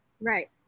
Right